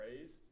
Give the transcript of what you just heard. raised